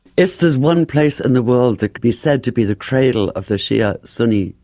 if there's one place in the world that could be said to be the cradle of the shia-sunni